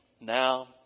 Now